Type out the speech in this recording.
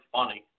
funny